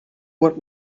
what